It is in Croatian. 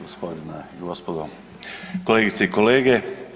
Gospodine i gospodo, kolegice i kolege.